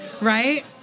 right